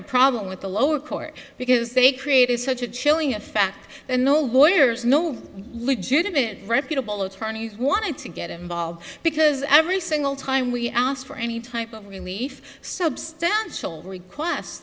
the problem with the lower court because they created such a chilling effect and no lawyers no legitimate reputable attorneys wanted to get involved because every single time we asked for any type of relief substantial request